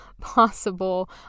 possible